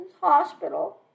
Hospital